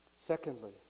Secondly